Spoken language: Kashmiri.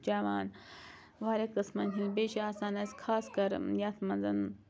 چٮ۪وان واریاہ قٕسمَن ہٕنٛدۍ بیٚیہِ چھِ آسان اَسہِ خاص کَر یَتھ منٛز